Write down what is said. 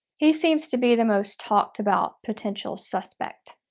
he seems to be the most talked about potential suspect.